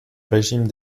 régime